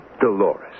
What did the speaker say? Dolores